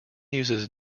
uses